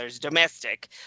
domestic